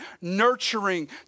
nurturing